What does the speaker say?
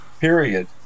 period